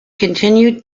continued